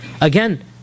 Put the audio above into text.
again